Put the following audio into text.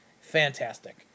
Fantastic